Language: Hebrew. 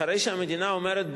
אחרי שהמדינה אומרת,